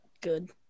Good